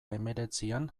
hemeretzian